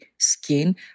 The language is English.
skin